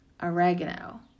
oregano